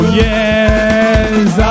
yes